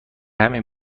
همین